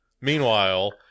meanwhile